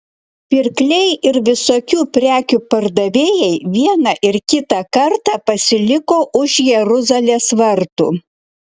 pirkliai ir visokių prekių pardavėjai vieną ir kitą kartą pasiliko už jeruzalės vartų